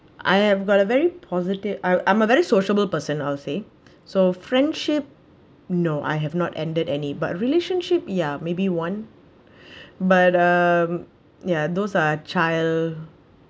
I've got a very positive I I'm a very sociable person I'll say so friendship no I have not ended any but relationship ya maybe one but uh ya those are child